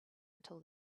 until